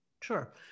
Sure